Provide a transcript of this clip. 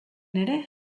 ere